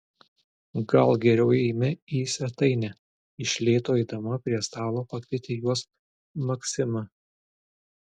gal geriau eime į svetainę iš lėto eidama prie stalo pakvietė juos maksima